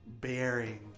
bearing